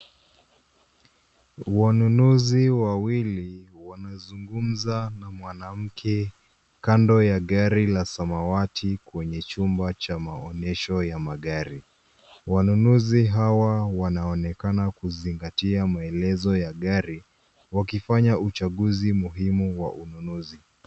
Wanunuzi wawili wanazungumza na mwanamke kando ya gari la samawati kwenye chumba cha maonyesho ya magari. Wanunuzi hawa wanaonekana kuzingatia maelezo ya gari, wakifanya uchaguzi muhimu wa ununuzi.